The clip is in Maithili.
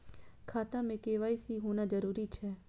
खाता में के.वाई.सी होना जरूरी छै?